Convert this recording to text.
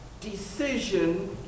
decision